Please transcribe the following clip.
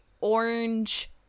orange